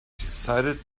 decided